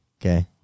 Okay